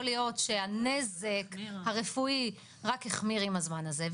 יכול להיות שהנזק הרפואי רק החמיר עם הזמן הזה.